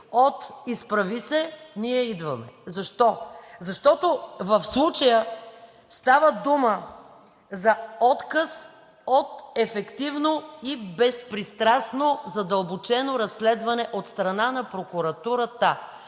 от „Изправи се БГ! Ние идваме!“ Защо? Защото в случая става дума за отказ от ефективно и безпристрастно задълбочено разследване от страна на прокуратурата.